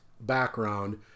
background